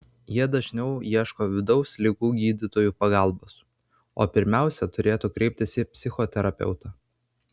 jie dažniau ieško vidaus ligų gydytojų pagalbos o pirmiausia turėtų kreiptis į psichoterapeutą